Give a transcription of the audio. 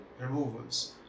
removals